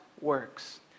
works